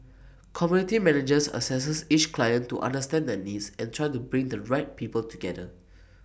community managers assess each client to understand their needs and try to bring the right people together